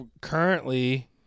currently